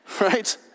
right